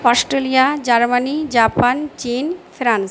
Australia Germany Japan চীন France